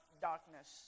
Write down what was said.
darkness